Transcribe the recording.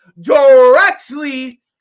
directly